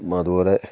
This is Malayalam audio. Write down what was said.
അതുപോലെ